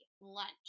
lunch